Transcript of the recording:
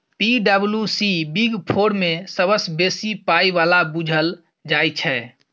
पी.डब्ल्यू.सी big four मे सबसँ बेसी पाइ बला बुझल जाइ छै